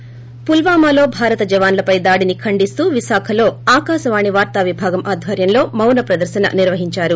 ి పుల్వామాలో భారత జవాన్లపై దాడిని ఖండిస్తూ విశాఖలో ఆకాశవాణి వార్తా విభాగం ఆధ్వర్యంలో మౌన ప్రదర్ననిర్వహించారు